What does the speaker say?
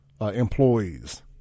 employees